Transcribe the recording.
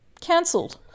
cancelled